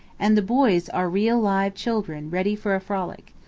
and the boys are real live children ready for a frolic.